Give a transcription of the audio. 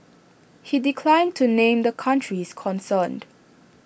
he declined to name the countries concerned